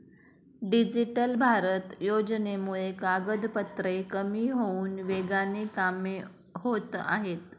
digital Bharat योजनेमुळे कागदपत्रे कमी होऊन वेगाने कामे होत आहेत